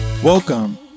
Welcome